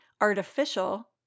artificial